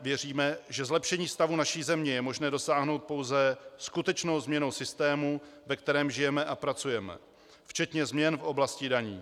Věříme, že zlepšení stavu naší země je možné dosáhnout pouze skutečnou změnou systému, ve kterém žijeme a pracujeme, včetně změn v oblasti daní.